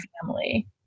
family